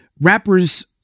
Rappers